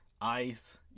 ice